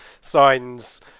signs